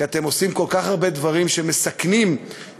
כי אתם עושים כל כך הרבה דברים שמסכנים את